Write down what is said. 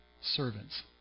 servants